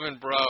bro